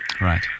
Right